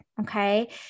Okay